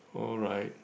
alright